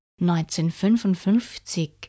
1955